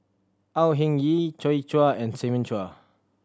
Au Hing Yee Joi Chua and Simon Chua